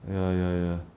ya ya ya